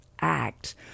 act